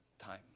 time